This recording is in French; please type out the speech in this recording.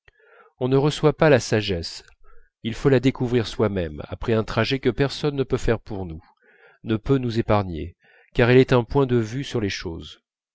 on ne reçoit pas la sagesse il faut la découvrir soi-même après un trajet que personne ne peut faire pour nous ne peut nous épargner car elle est un point de vue sur les choses